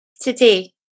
today